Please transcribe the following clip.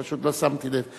פשוט לא שמתי לב.